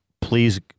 Please